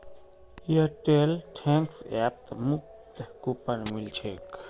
Airtel thanks ऐपत मुफ्त coupon मिल छेक